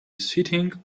sitting